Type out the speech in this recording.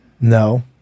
No